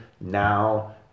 Now